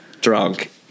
drunk